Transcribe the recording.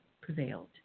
prevailed